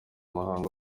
muhango